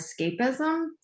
escapism